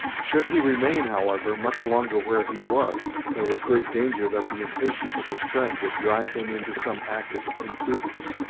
should he remain, however, much longer where he was, there was great danger that the impatience of his friend would drive him into some act of imprudence.